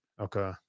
Okay